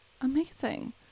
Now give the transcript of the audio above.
Amazing